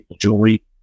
jewelry